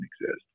exist